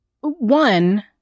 One